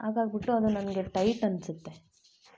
ಹಾಗಾಗ್ಬುಟ್ಟು ಅದು ನನಗೆ ಟೈಟ್ ಅನ್ನಿಸುತ್ತೆ